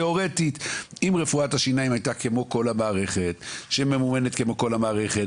תאורטית אם רפואת השיניים הייתה כמו כל המערכת שממומנת כמו כל המערכת,